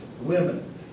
women